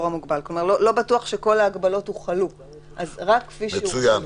בתקנה